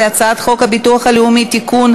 על הצעת חוק הביטוח הלאומי (תיקון,